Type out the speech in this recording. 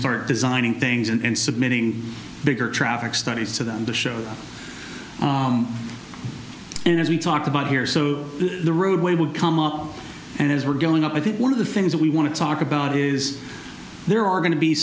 start designing things and submitting bigger traffic studies to them to show and as we talked about here so the roadway would come up and as we're going up i think one of the things that we want to talk about is there are going to be